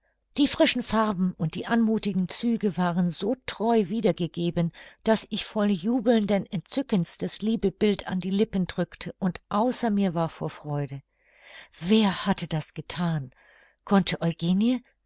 die frischen farben und die anmuthigen züge waren so treu wieder gegeben daß ich voll jubelnden entzückens das liebe bild an die lippen drückte und außer mir war vor freude wer hatte das gethan konnte eugenie